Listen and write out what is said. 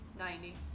Ninety